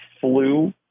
flu